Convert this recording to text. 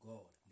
God